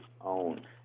own